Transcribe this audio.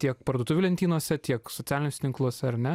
tiek parduotuvių lentynose tiek socialiniuose tinkluose ar ne